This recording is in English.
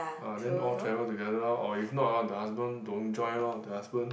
uh then all travel together lor or if not hor the husband don't join lor the husband